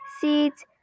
seeds